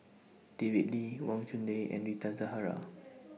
David Lee Wang Chunde and Rita Zahara